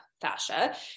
fascia